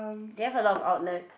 do you have a lot of outlets